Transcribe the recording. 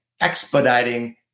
expediting